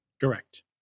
Correct